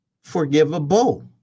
forgivable